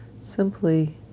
simply